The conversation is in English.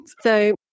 So-